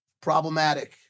problematic